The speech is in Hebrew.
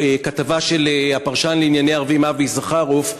כתבה של הפרשן לענייני ערבים אבי יששכרוף,